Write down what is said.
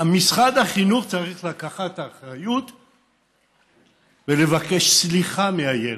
משרד החינוך צריך לקחת אחריות ולבקש סליחה מהילד.